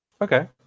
Okay